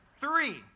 Three